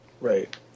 right